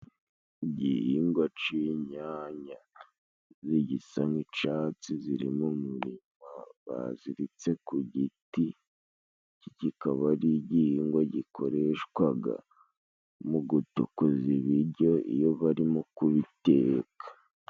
Igihingwa c'inyanya zigisa nk'icyatsi ziri mu murima baziritse ku giti, kikaba ari igihingwa gikoreshwaga mu gutokoza ibijyo iyo barimo kubiteka.